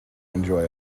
enjoy